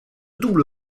double